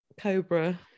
Cobra